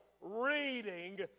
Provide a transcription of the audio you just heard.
reading